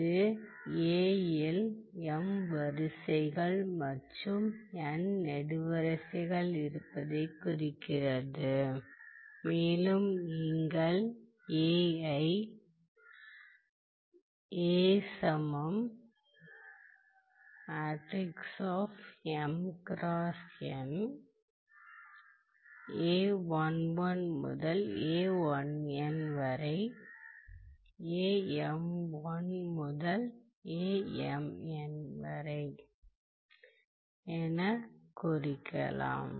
இது A இல் m வரிசைகள் மற்றும் n நெடுவரிசைகள் இருப்பதைக் குறிக்கிறது மேலும் நீங்கள் A ஐக் எனக் குறிக்கலாம்